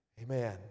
Amen